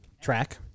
Track